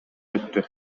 өттү